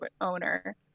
owner